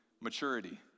maturity